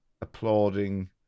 applauding